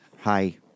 Hi